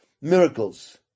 miracles